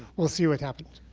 we'll see what happens.